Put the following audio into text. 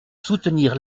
soutenir